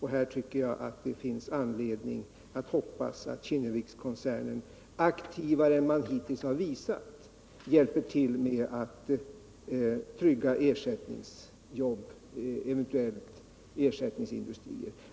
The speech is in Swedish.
Här tycker jag det finns anledning hoppas att Kinnevikskoncernen aktivare än man hittills visat hjälper till med att trygga ersättningsjobb, eventuellt ersättningsindustrier.